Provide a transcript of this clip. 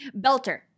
Belter